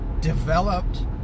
developed